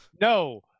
no